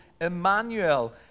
Emmanuel